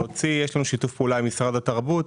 יש לנו שיתוף פעולה עם משרד התרבות,